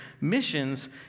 missions